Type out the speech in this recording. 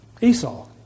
Esau